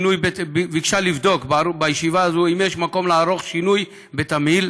ביקשה לבדוק בישיבה זו אם יש מקום לערוך שינוי בתמהיל